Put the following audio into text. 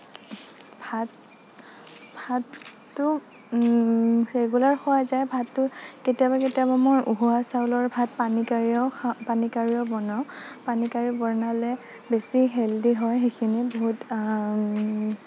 ভাত ভাতটো ৰেগুলাৰ খোৱা যায় ভাতটো কেতিয়াবা কেতিয়াবা মোৰ উহোৱা চাউলৰ ভাত পানী কাঢ়িও পানী কাঢ়িও বনাওঁ পানী কাঢ়ি বনালে বেছি হেল্ডি হয় সেইখিনি বহুত